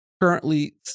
currently